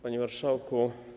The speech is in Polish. Panie Marszałku!